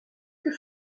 que